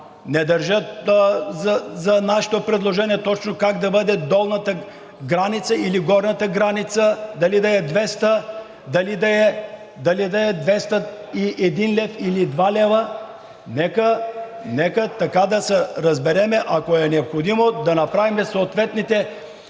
не държа за нашето предложение точно как да бъде – долната или горната граница, дали да е 200, дали да е 201 лв., или 202 лв. Нека да се разберем така: ако е необходимо, да направим съответните корекции